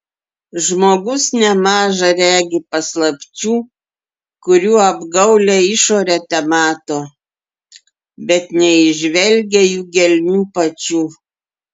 žmogus nemaža regi paslapčių kurių apgaulią išorę temato bet neįžvelgia jų gelmių pačių